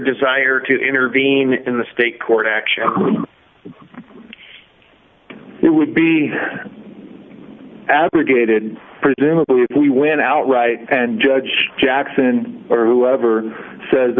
desire to intervene in the state court action it would be abrogated presumably if we win outright and judge jackson or whoever says